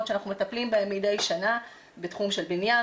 שאנחנו מטפלים בהם מדי שנה בתחום של בניין,